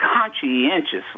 conscientiously